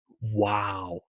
Wow